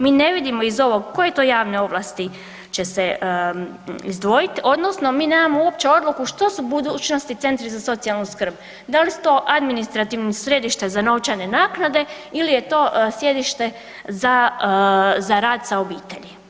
Mi ne vidimo iz ovog koje to javne ovlasti će se izdvojit odnosno mi nemamo uopće odluku što su u budućnosti centri za socijalnu skrb, da li su to administrativna središta za novčane naknade ili je to sjedište za rad sa obitelji.